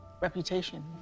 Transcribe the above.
reputation